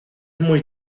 muy